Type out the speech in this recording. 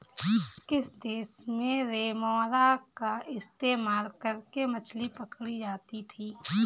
किस देश में रेमोरा का इस्तेमाल करके मछली पकड़ी जाती थी?